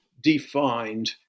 defined